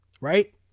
right